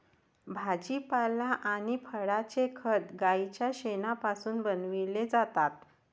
भाजीपाला आणि फळांचे खत गाईच्या शेणापासून बनविलेले जातात